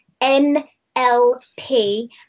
NLP